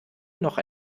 noch